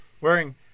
Wearing